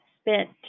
spent